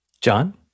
John